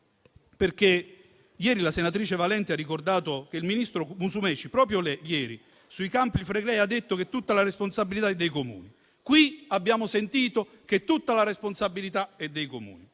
perché la senatrice Valente ha ricordato che il ministro Musumeci, proprio ieri sui Campi Flegrei, ha detto che tutta la responsabilità è dei Comuni. Qui abbiamo sentito che tutta la responsabilità è dei Comuni.